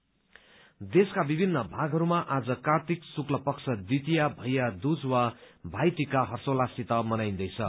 भाइ टिका देशका विभित्र भागहरूमा आज कार्तिक शुक्लपक्ष द्वितीया भैया दूज वा भाइ टिका हर्षोल्लास साथ मनाइन्दैछ